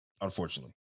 unfortunately